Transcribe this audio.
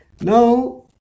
Now